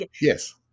yes